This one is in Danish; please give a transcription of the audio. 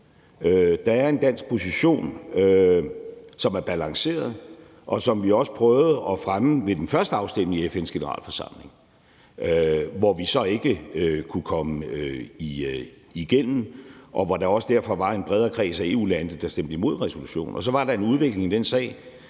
Der er en dansk position, som er balanceret, og som vi også prøvede at fremme ved den første afstemning i FN's Generalforsamling, hvor vi så ikke kunne komme igennem med det, og hvor der også derfor var en bredere kreds af EU-lande, der stemte imod resolutionen. Og så var der en udvikling i den sag,